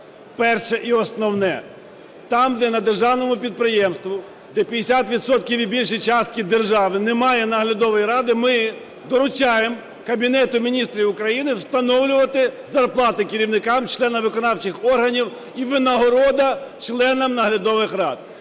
Перше, і основне: там, де на державному підприємстві 50 відсотків і більше частки держави, немає наглядової ради, ми доручаємо Кабінету Міністрів України встановлювати зарплати керівникам, членам виконавчих органів і винагороду членам наглядових рад.